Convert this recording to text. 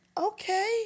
okay